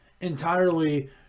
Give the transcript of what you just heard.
entirely